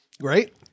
Great